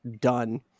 done